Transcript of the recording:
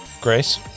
grace